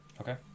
Okay